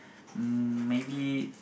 um maybe